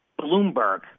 Bloomberg